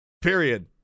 Period